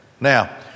Now